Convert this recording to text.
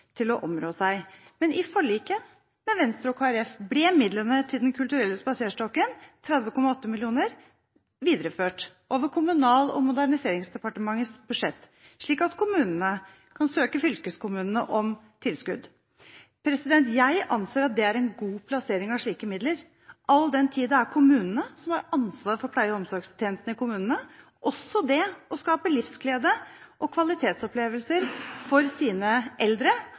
til å områ seg. Men i forliket med Venstre og Kristelig Folkeparti ble midlene til Den kulturelle spaserstokken – 30,8 mill. kr – videreført over Kommunal- og moderniseringsdepartementets budsjett, slik at kommunene kan søke fylkeskommunene om tilskudd. Jeg anser at det er en god plassering av slike midler, all den tid det er kommunene som har ansvar for pleie- og omsorgstjenestene i kommunene, også det å skape livsglede og kvalitetsopplevelser for sine eldre